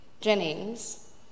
Jennings